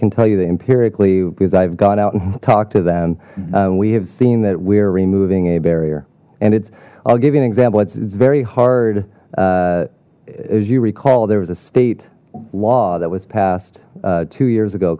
can tell you that empirically because i've gone out and talked to them we have seen that we're removing a barrier and it's i'll give you an example it's very hard as you recall there was a state law that was passed two years ago